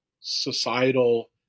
societal